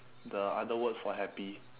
the other word for happy